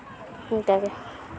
ᱚᱱᱠᱟᱜᱮ